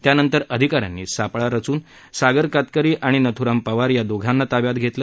त्यानंतर अधिकाऱ्यांनी सापळा रचून सागर कातकरी आणि नथुराम पवार या दोघांना ताब्यात घेतलं